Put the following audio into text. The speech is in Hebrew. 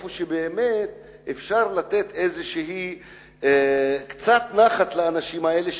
במקום שאפשר לתת קצת נחת לאנשים האלה,